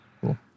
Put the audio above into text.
Cool